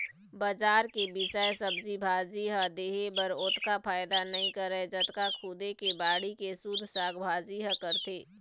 बजार के बिसाए सब्जी भाजी ह देहे बर ओतका फायदा नइ करय जतका खुदे के बाड़ी के सुद्ध साग भाजी ह करथे